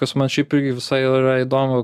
kas man šiaip irgi visai yra įdomu